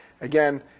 Again